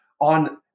on